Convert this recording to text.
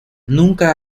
nunca